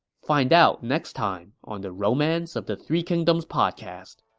find out next time on the romance of the three kingdoms podcast.